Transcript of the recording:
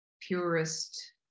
purest